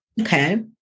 okay